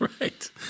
Right